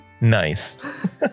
Nice